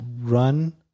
run